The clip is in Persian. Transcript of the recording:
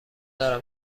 دارم